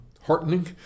heartening